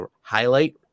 highlight